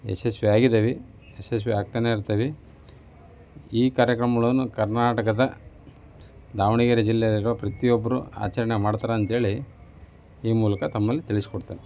ಯಶಸ್ವಿಯಾಗಿದ್ದೀವಿ ಯಶಸ್ವಿ ಆಗ್ತಾನೇಯಿರ್ತೀವಿ ಈ ಕಾರ್ಯಕ್ರಮಗಳನ್ನು ಕರ್ನಾಟಕದ ದಾವಣಗೆರೆ ಜಿಲ್ಲೆಲಿರೋ ಪ್ರತಿಯೊಬ್ಬರೂ ಆಚರಣೆ ಮಾಡ್ತಾರೆ ಅಂಥೇಳಿ ಈ ಮೂಲಕ ತಮ್ಮಲ್ಲಿ ತಿಳಿಸ್ಕೊಡ್ತೇನೆ